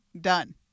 Done